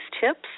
tips